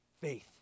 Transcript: faith